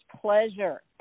pleasure